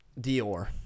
Dior